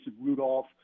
Rudolph